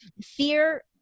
fear